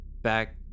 back